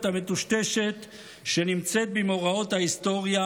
המטושטשת שנמצאת במאורעות ההיסטוריה,